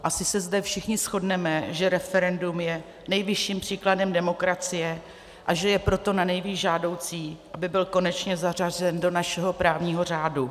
Asi se zde všichni shodneme, že referendum je nejvyšším příkladem demokracie, a že je proto nanejvýš žádoucí, aby byl konečně zařazen do našeho právního řádu.